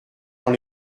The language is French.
dans